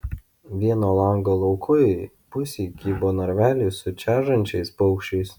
vieno lango laukujėj pusėj kybo narveliai su čežančiais paukščiais